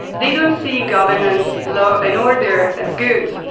they don't see governance, law and order as good.